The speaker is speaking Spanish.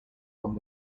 con